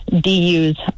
DUs